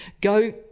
go